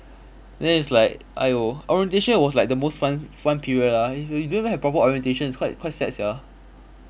then it's like !aiyo! orientation was like the most fun fun period ah if you don't even have proper orientation it's quite quite sad sia